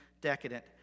decadent